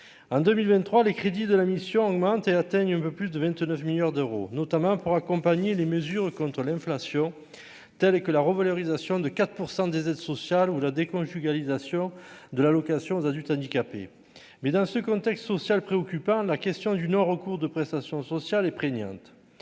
un 2023, les crédits de la mission augmentent et atteignent un peu plus de 29 milliards d'euros, notamment pour accompagner les mesures contre l'inflation, telles que la revalorisation de 4 % des aides sociales ou la déconjugalisation de l'allocation aux adultes handicapés, mais dans ce contexte social préoccupant, la question du Nord au cours de prestations sociales et prégnante